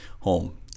home